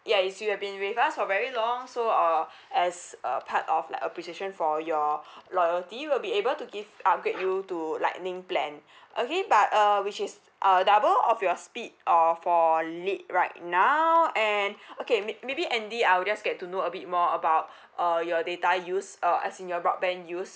ya is you have been with us for very long so uh as a part of like appreciation for your loyalty we'll be able to give upgrade you to lightning plan okay but uh which is uh double of your speed or for lead right now and okay ma~ maybe andy I'll just get to know a bit more about uh your data use uh as in your broadband use